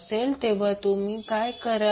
तेव्हा प्रथम तुम्ही काय कराल